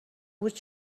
بود